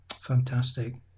Fantastic